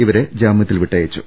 ഇവരെ ജാമ്യത്തിൽ വിട്ടയച്ചു